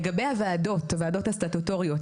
לגבי הוועדות הסטטוטוריות,